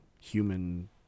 human